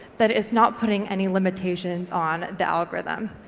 that it's not putting any limitations on the algorithm,